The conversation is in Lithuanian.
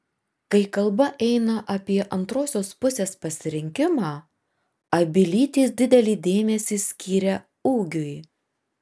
kai kalba eina apie antrosios pusės pasirinkimą abi lytys didelį dėmesį skiria ūgiui